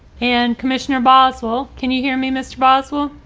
and commissioner boss. well, can you hear me mr. boswell?